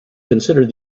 considered